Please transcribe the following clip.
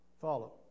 Follow